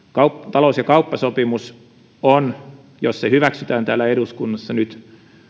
talous ja kauppasopimus jos se hyväksytään täällä eduskunnassa